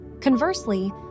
Conversely